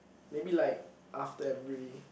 maybe like after every